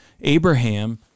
Abraham